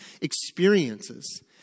experiences